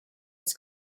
its